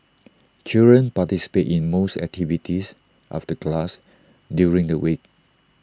children participate in most activities of the class during the week